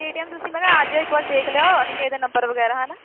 ਪੀ T M ਤੁਸੀਂ ਮੈਂ ਕਿਹਾ ਆ ਜਿਓ ਇੱਕ ਵਾਰ ਦੇਖ ਲਿਓ ਅਨੀਕੇਤ ਦੇ ਨੰਬਰ ਵਗੈਰਾ ਹੈ ਨਾ